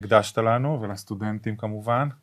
קדשת לנו ולסטודנטים כמובן